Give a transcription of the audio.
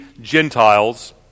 Gentiles